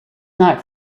not